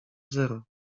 zero